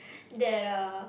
that uh